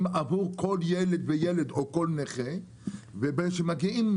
עבור כל ילד וילד או כל נכה וכאשר מגיעים